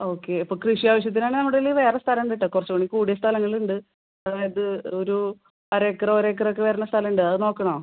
okay അപ്പോൾ കൃഷി ആവശ്യത്തിനാണെങ്കിൽ നമ്മുടേൽ വേറെ സ്ഥലം ഉണ്ട് കേട്ടോ കുറച്ചുകൂടി കൂടിയ സ്ഥലങ്ങളുണ്ട് അതായത് ഒരു അര ഏക്കർ ഒരേക്കറൊക്കെ വരുന്ന സ്ഥലമുണ്ട് അത് നോക്കണോ